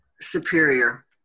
superior